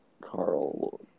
Carl